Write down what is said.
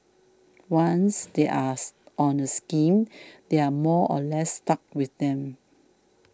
once they us on the scheme they are more or less stuck with them